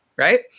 right